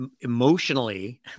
emotionally